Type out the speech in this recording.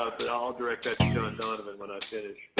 ah but i'll directed that to john donovan when i'm finished.